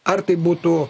ar tai būtų